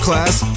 Class